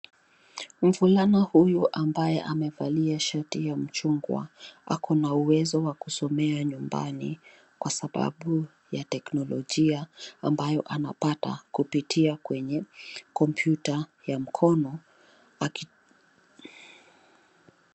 Mvulana huyu ambaye amevalia shoti ya mchungwa ,ako na uwezo wa kusomea nyumbani kwa sababu ya teknolojia ambayo anapata kupitia kwenye kompyuta ya mkono.